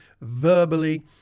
verbally